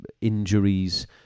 injuries